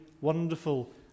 wonderful